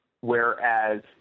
whereas